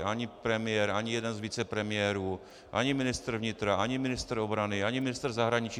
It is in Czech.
Ani premiér, ani jeden z vicepremiérů, ani ministr vnitra, ani ministr obrany, ani ministr zahraničí.